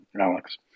Alex